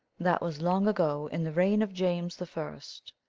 that was long ago, in the reign of james the first.